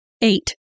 eight